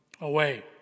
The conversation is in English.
away